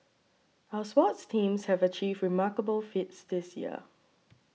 our sports teams have achieved remarkable feats this year